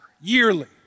Yearly